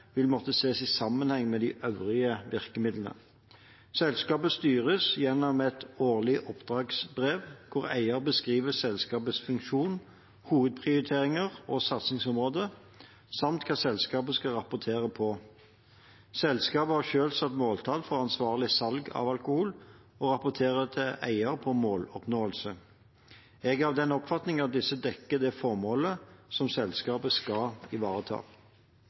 vil måtte ses i sammenheng med de øvrige virkemidlene. Selskapet styres gjennom et årlig oppdragsbrev hvor eier beskriver selskapets funksjon, hovedprioriteringer og satsingsområder samt hva selskapet skal rapportere om. Selskapet har selv satt måltall for ansvarlig salg av alkohol og rapporterer til eier om måloppnåelse. Jeg er av den oppfatning at disse dekker det formålet som selskapet skal ivareta.